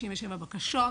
657 בקשות.